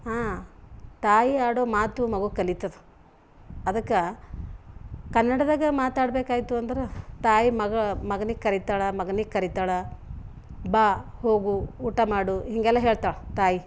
ಹಾಂ ತಾಯಿ ಆಡೊ ಮಾತು ಮಗು ಕಲಿತದೆ ಅದಕ್ಕೆ ಕನ್ನಡದಾಗ ಮಾತಾಡಬೇಕಾಯ್ತು ಅಂದ್ರೆ ತಾಯಿ ಮಗ ಮಗನಿಗೆ ಕರಿತಾಳೆ ಮಗನಿಗೆ ಕರಿತಾಳೆ ಬಾ ಹೋಗು ಊಟ ಮಾಡು ಹೀಗೆಲ್ಲ ಹೇಳ್ತಾಳೆ ತಾಯಿ